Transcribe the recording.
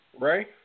Ray